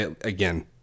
again